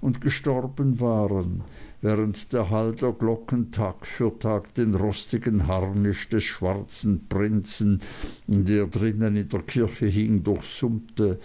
und gestorben waren während der hall der glocken tag für tag den rostigen harnisch des schwarzen prinzen der drinnen in der kirche hing durchsummte